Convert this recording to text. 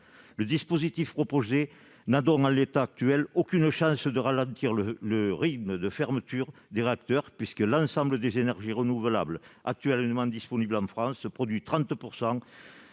Le dispositif proposé n'a donc, en l'état actuel, aucune chance de ralentir le rythme de fermeture des réacteurs, puisque la production de l'ensemble des énergies renouvelables actuellement disponibles en France représente 30